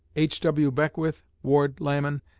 h w. beckwith, ward lamon,